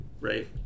right